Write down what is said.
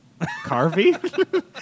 Carvey